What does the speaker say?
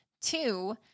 Two